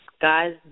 guys